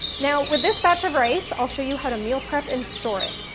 now, with this batch of rice, i'll show you how to meal prep and store it.